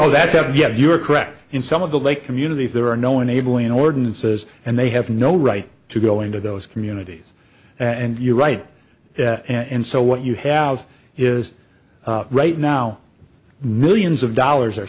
call that said yeah you are correct in some of the lake communities there are no enabling ordinances and they have no right to go into those communities and you're right and so what you have is right now millions of dollars are